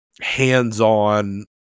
hands-on